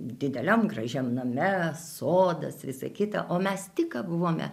dideliam gražiam name sodas visa kita o mes tik ką buvome